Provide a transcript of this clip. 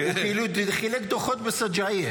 הוא כאילו חילק דוחות בשג'אעיה.